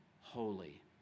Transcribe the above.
holy